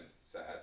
Sad